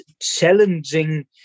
challenging